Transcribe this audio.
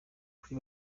kuri